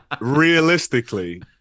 Realistically